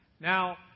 Now